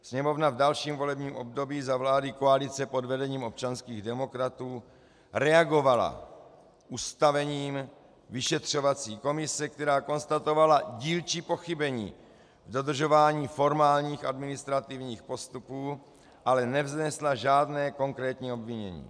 Sněmovna v dalším volebním období, za vlády koalice po vedením občanských demokratů, reagovala ustavením vyšetřovací komise, která konstatovala dílčí pochybení v dodržování formálních administrativních postupů, ale nevznesla žádné konkrétní obvinění.